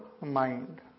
mind